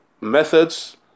methods